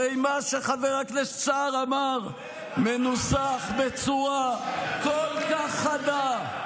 הרי מה שחבר הכנסת סער אמר מנוסח בצורה כל כך חדה,